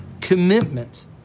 commitment